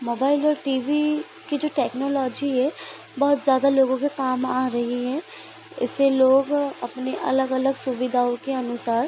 mobile और T V की जो टेक्नोलॉजी है बहुत ज़्यादा लोगों के काम आ रही है इससे लोग अपनी अलग अलग सुविधाओं के अनुसार